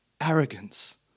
arrogance